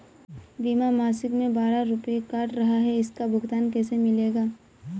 बीमा मासिक में बारह रुपय काट रहा है इसका भुगतान कैसे मिलेगा?